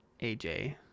AJ